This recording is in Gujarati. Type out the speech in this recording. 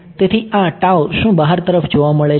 તેથી આ શું બહાર તરફ જોવા મળે છે